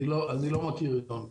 אני לא מכיר עיתון כזה.